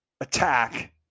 attack